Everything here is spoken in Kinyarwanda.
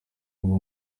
kuva